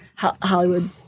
Hollywood